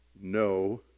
No